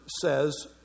says